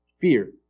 fear